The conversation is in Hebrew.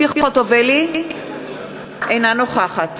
אינה נוכחת